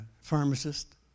pharmacist